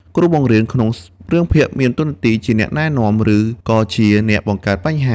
គ្រូបង្រៀន ក្នុងរឿងភាគមានតួនាទីជាអ្នកណែនាំ ឬក៏ជាអ្នកបង្កើតបញ្ហា។